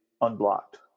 unblocked